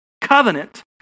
covenant